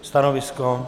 Stanovisko?